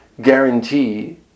guarantee